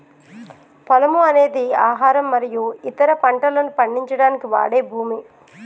పొలము అనేది ఆహారం మరియు ఇతర పంటలను పండించడానికి వాడే భూమి